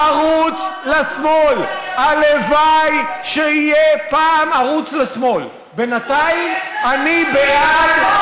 השמאל הוא שמאל מתון והימין הוא ימין קיצוני.